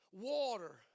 Water